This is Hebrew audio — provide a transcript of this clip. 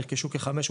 נרכשו כ-500,